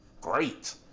great